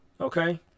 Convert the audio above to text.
Okay